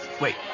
Wait